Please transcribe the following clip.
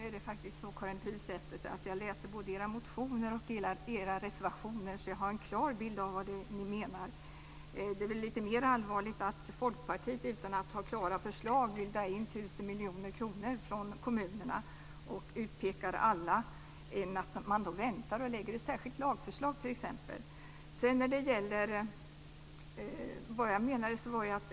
Fru talman! Karin Pilsäter, jag läser både era motioner och reservationer, så jag har en klar bild av vad ni menar. Det är väl lite mer allvarligt att Folkpartiet utan att ha klara förslag vill dra in 1 000 miljoner kronor från kommunerna och utpekar alla och inte väntar och lägger fram t.ex. ett särskilt lagförslag.